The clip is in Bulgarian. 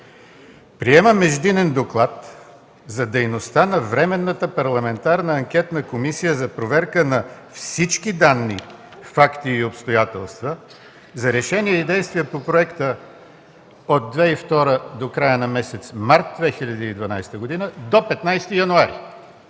„Приема междинен доклад за дейността на Временната парламентарна анкетна комисия за проверка на всички данни, факти и обстоятелства за решения и действия по проекта – от 2002 г. до края на месец март 2012 г. до 15 януари”.